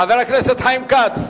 חבר הכנסת חיים כץ?